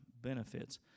benefits